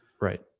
right